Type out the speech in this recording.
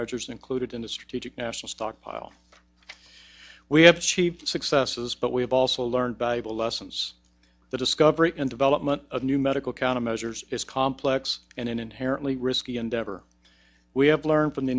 measures included in the strategic national stockpile we have achieved successes but we have also learned by the lessons the discovery and development of new medical countermeasures is complex and an inherently risky endeavor we have learned from the